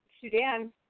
Sudan